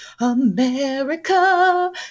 America